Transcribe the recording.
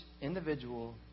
individual